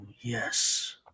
yes